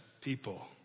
people